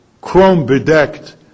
chrome-bedecked